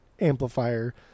amplifier